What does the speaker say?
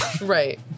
Right